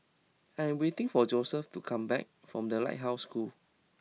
I am waiting for Joesph to come back from The Lighthouse School